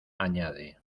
añade